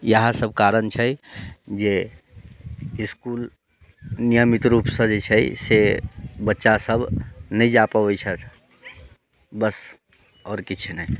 इएहसभ कारण छै जे इसकुल नियमित रूपसँ जे छै से बच्चासभ नहि जा पबैत छथि बस आओर किछु नहि